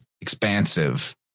expansive